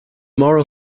moral